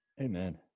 Amen